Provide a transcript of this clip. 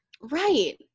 Right